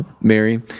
Mary